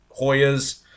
Hoyas